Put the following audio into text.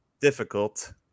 difficult